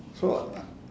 so I